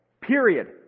period